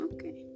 Okay